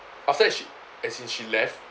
after that she as in she left